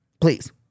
Please